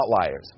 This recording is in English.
outliers